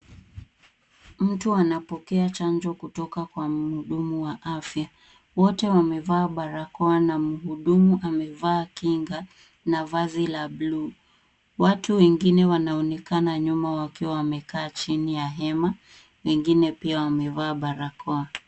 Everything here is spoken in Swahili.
Mtu anapokea chanjo kutoka kwa muhudumu wa afya. Wote wamevaa barakoa na muhudumu amevaa kinga na vazi la blue . Watu wengine wanaonekana nyuma wakiwa wamekaa chini ya hema, wengine pia wamevaa barakoa.